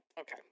Okay